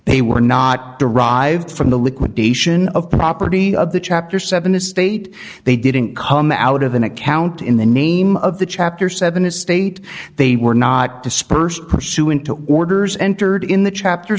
they were not derived from the liquidation of property of the chapter seven estate they didn't come out of an account in the name of the chapter seven estate they were not dispersed pursuant to orders entered in the chapter